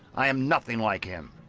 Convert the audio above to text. i am nothing like him.